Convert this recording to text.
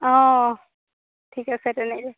অঁ ঠিক আছে তেনেকৈ